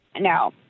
No